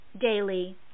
daily